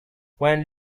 when